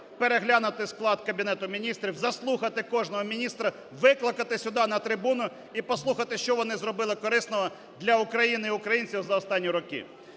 переглянути склад Кабінету Міністрів, заслухати кожного міністра, викликати сюди на трибуну і послухати, що вони зробили корисного для України і українців за останні роки.